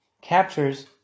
captures